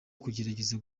kugerageza